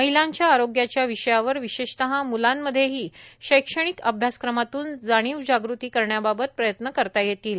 महिलांच्या आरोग्याच्या विषयावर विशेषतः म्लांमध्येही शैक्षणिक अभ्यासक्रमातून जाणीव जागृती करण्याबाबतही प्रयत्न करता येतील